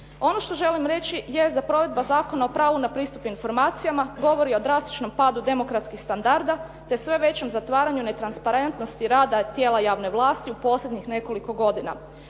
Ono što želim reći jest da provedba Zakona o pravu na pristup informacijama govori o drastičnom padu demokratskih standarda te sve većom zatvaranju netransparentnosti rada tijela javne vlasti u posljednjih nekoliko godina.